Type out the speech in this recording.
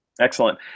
Excellent